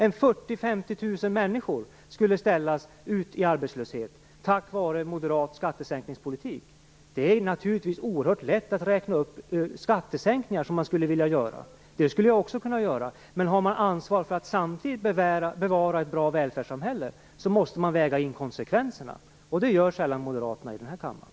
40 000-50 000 människor skulle bli arbetslösa på grund av moderat skattesänkningspolitik. Det är naturligtvis oerhört lätt att räkna upp de skattesänkningar man skulle vilja göra. Det skulle jag också kunna göra. Men har man ansvar för att samtidigt bevara ett bra välfärdssamhälle måste man väga in konsekvenserna. Det gör sällan moderaterna i den här kammaren.